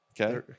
Okay